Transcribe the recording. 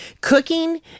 cooking